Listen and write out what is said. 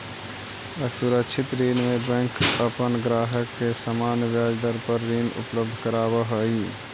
असुरक्षित ऋण में बैंक अपन ग्राहक के सामान्य ब्याज दर पर ऋण उपलब्ध करावऽ हइ